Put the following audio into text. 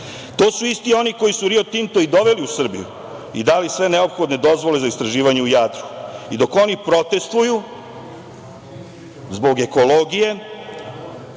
je. To su isti oni koji su „Rio Tinto“ i doveli u Srbiju i dali sve neophodne dozvole za istraživanje u Jadru. Dok oni protestuju zbog ekologije